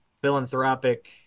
philanthropic